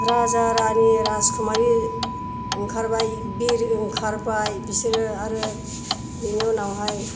राजा रानि राजकुमारि ओंखारबाय बिर ओंखारबाय बिसोरो आरो बिनि उनावहाय